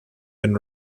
been